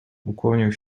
ukłonił